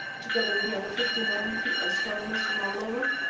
together with the other fifty nine astronomers from all over,